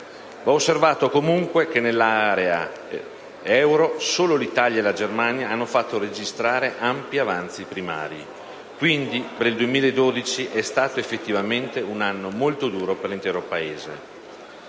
Va osservato comunque che nell'area euro solo l'Italia e la Germania hanno fatto registrare ampi avanzi primari. Quindi, il 2012 è stato effettivamente un anno molto duro per l'intero Paese.